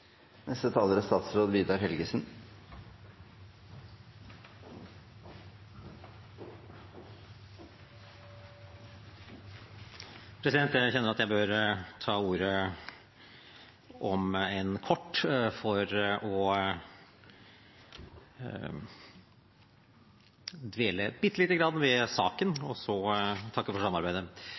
Jeg kjenner at jeg bør ta ordet, om enn kort, for å dvele bitte litt ved saken og så takke for samarbeidet.